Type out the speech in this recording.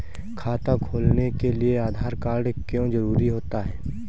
खाता खोलने के लिए आधार कार्ड क्यो जरूरी होता है?